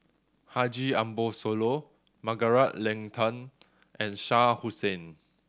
Haji Ambo Sooloh Margaret Leng Tan and Shah Hussain